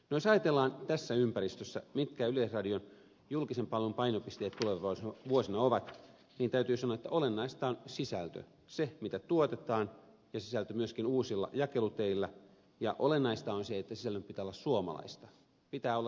jos ajatellaan tässä ympäristössä mitkä yleisradion julkisen palvelun painopisteet tulevina vuosina ovat niin täytyy sanoa että olennaista on sisältö se mitä tuotetaan ja sisältö myöskin uusilla jakeluteillä ja olennaista on se että sisällön pitää olla suomalaista